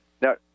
Now